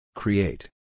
Create